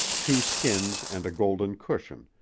two skins and a golden cushion,